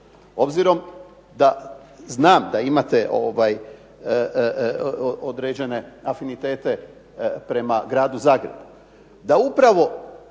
obzirom da znam da imate određene afinitete prema Gradu Zagrebu,